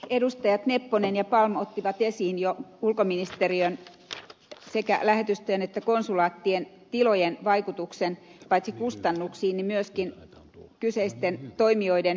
edustajat nepponen ja palm ottivat esiin jo ulkoministeriön sekä lähetystöjen että konsulaattien tilojen vaikutuksen paitsi kustannuksiin niin myöskin kyseisten toimijoiden työhön